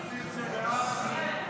נתקבלה.